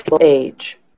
age